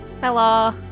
hello